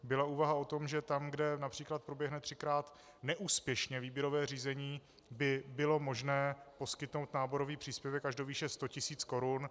Byla úvaha o tom, že tam, kde například proběhne třikrát neúspěšně výběrové řízení, by bylo možné poskytnout náborový příspěvek až do výše 100 tis. korun.